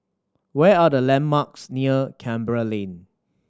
where are the landmarks near Canberra Lane